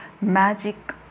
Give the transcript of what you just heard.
magic